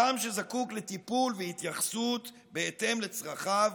אדם שזקוק לטיפול והתייחסות בהתאם לצרכיו